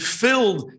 filled